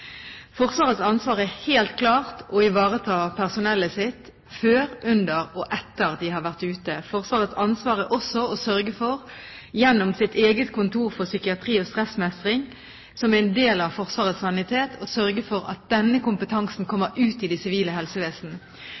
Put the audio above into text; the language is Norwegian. Forsvarets ansvar er helt klart å ivareta personellet sitt før, under og etter at de har vært ute. Forsvarets ansvar er også å sørge for gjennom sitt eget kontor for psykiatri og stressmestring, som er en del av Forsvarets sanitet, at denne kompetansen kommer ut i det sivile helsevesen.